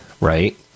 right